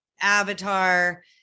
avatar